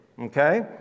okay